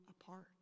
apart